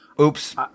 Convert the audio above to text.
Oops